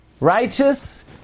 righteous